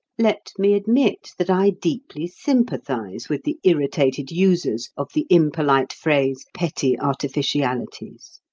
let me admit that i deeply sympathize with the irritated users of the impolite phrase petty artificialities.